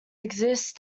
exist